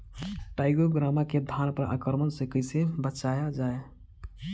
टाइक्रोग्रामा के धान पर आक्रमण से कैसे बचाया जाए?